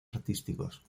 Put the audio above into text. artísticos